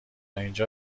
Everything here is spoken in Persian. اینجا